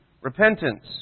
repentance